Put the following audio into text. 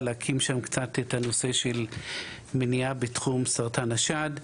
להקים שם קצת את הנושא של מניעה בתחום סרטן השד.